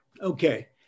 okay